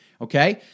Okay